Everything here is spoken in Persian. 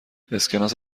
اسکناس